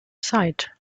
side